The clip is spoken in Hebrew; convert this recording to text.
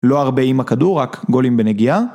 לא הרבה עם הכדור, רק גולים בנגיעה.